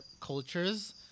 cultures